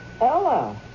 Ella